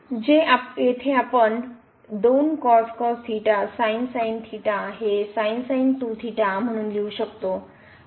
जे येथे आपण हे म्हणून लिहू शकतो